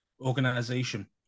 organization